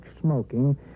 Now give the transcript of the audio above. smoking